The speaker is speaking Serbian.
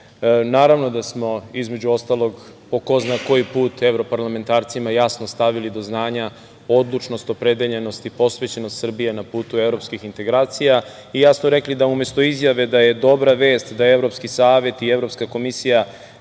da smo, između ostalog, po ko zna koji put evroparlamentarcima jasno stavili do znanja odlučnost, opredeljenost i posvećenost Srbije na putu evropskih integracija i jasno rekli da umesto izjave da je dobra vest da Evropski savet i Evropska komisija